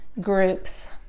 groups